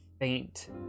faint